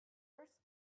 first